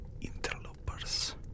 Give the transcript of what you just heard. interlopers